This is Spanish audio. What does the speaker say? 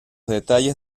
detalles